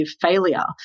failure